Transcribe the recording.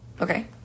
okay